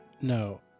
No